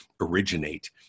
originate